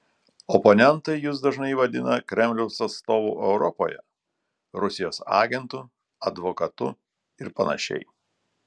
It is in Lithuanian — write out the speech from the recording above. oponentai jus dažnai vadina kremliaus atstovu europoje rusijos agentu advokatu ir panašiai